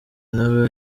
nawe